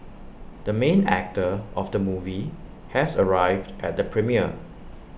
the main actor of the movie has arrived at the premiere